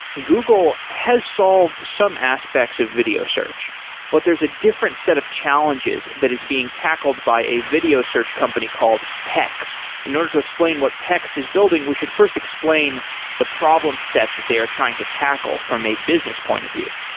google has solved some aspects of video search but there's a different set of challenges that is being tackled by a video search company called pex. in order to explain what pex is building, we should first explain the problem set that they are trying to tackle from a business point of view.